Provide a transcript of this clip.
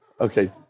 Okay